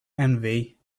envy